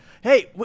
Hey